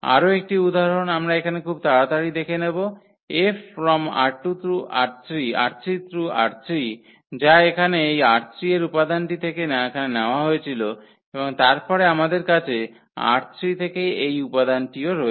আরও একটি উদাহরণ আমরা এখানে খুব তাড়াতাড়ি দেখে নেব 𝐹 ℝ3 → ℝ3 যা এখানে এই ℝ3 এর উপাদানটি থেকে এখানে দেওয়া হয়েছিল এবং তারপরে আমাদের কাছে ℝ3 থেকে এই উপাদানটিও রয়েছে